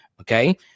okay